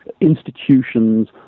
institutions